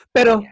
Pero